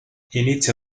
inizia